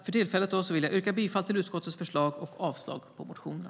För tillfället vill jag då yrka bifall till utskottets förslag och avslag på motionerna.